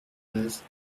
vases